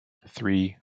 three